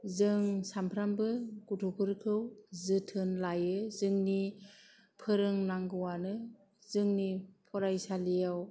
जों सामफ्रोमबो गथफोरखौ जोथोन लायो जोंनि फोरोंनांगौआनो जोंनि फरायसालियाव